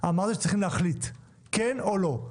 אמרתי שצריך להחליט כן או לא.